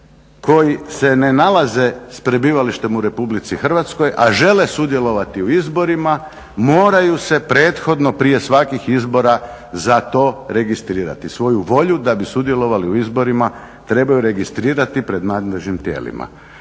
koji se ne nalaze s prebivalištem u RH, a žele sudjelovati u izborima, moraju se prethodno prije svakih izbora za to registrirati, svoju volju da bi sudjelovali u izborima, trebaju registrirati pred nadležnim tijelima.